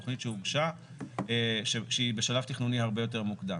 תכנית שהוגשה שהיא בשלב תכנוני הרבה יותר מוקדם.